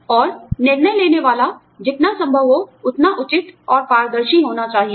और निर्णय लेने वाला जितना संभव हो उतना उचित और पारदर्शी होना चाहिए